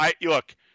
look